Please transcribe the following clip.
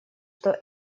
что